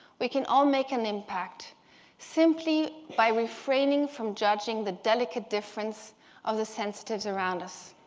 we can all make an impact simply by refraining from judging the delicate difference of the sensitives around us.